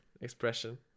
expression